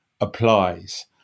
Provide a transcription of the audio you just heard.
applies